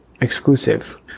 exclusive